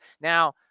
Now